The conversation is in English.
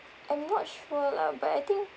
I'm not sure lah but I think